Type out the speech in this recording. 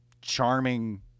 charming